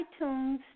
iTunes